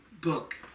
book